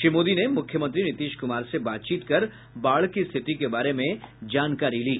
श्री मोदी ने मुख्यमंत्री नीतीश कुमार से बातचीत कर बाढ़ की स्थिति के बारे में जानकारी ली